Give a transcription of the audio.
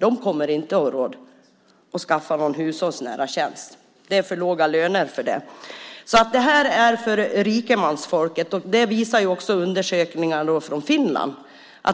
De kommer inte att ha råd att skaffa någon hushållsnära tjänst. Det är för låga löner för det. Det är för rikemansfolket. Det visar ju också undersökningar från Finland.